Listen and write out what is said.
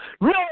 No